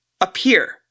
appear